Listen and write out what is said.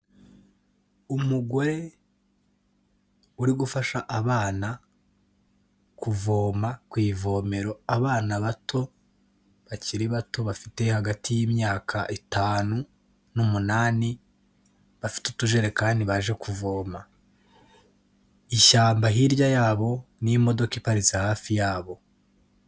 Umugore uri gufasha abana kuvoma ku ivomero, abana bato bakiri bato bafite hagati y'imyaka itanu n'umunani, bafite utujerekani baje kuvoma, ishyamba hirya yabo n'imodoka iparitse hafi yabo.